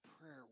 prayer